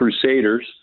Crusaders